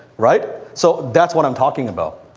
right? so, that's what i'm talking about.